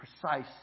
precise